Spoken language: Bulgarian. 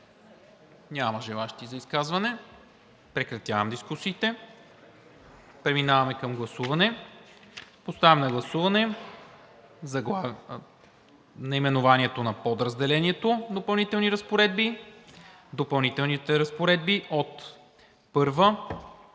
ли желаещи за изказвания? Няма. Прекратявам дискусията. Преминаваме към гласуване. Поставям на гласуване наименованието на подразделението „Допълнителни разпоредби“, допълнителните разпоредби от §